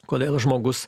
kodėl žmogus